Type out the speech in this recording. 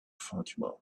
fatima